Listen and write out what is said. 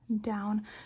down